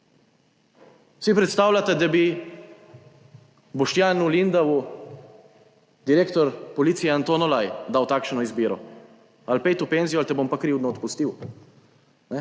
Si predstavljate, da bi Boštjanu Lindavu direktor policije Anton Olaj dal takšno izbiro, ali pojdi v penzijo ali te bom pa krivdno odpustil.